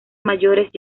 mayores